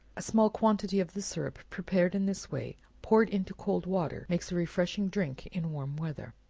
a small quantity of the syrup prepared in this way, poured into cold water, makes a refreshing drink in warm weather.